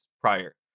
prior